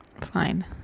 fine